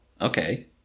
okay